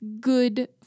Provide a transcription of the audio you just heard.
good